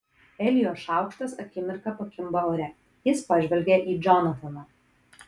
elijo šaukštas akimirką pakimba ore jis pažvelgia į džonataną